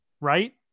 right